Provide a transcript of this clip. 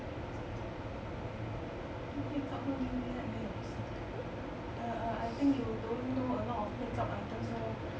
makeup 跟 U_V lamp 没有不是 err err I think you don't know a lot of makeup items so